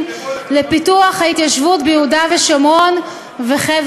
דרך אגב, שמעתי הבוקר בגל"צ הסבר של חבר